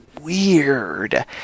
weird